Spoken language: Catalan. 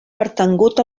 pertangut